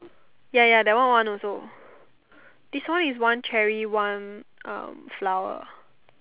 ya ya that one one also this one is one cherry one flower